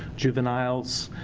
juveniles.